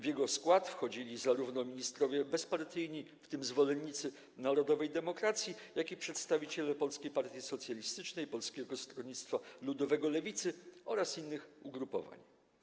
W jego skład wchodzili zarówno ministrowie bezpartyjni, w tym zwolennicy Narodowej Demokracji, jak i przedstawiciele Polskiej Partii Socjalistycznej, Polskiego Stronnictwa Ludowego - Lewicy oraz innych ugrupowań.